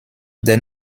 des